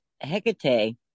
Hecate